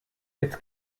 its